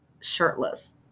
shirtless